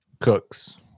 Cooks